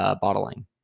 bottling